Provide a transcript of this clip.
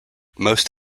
most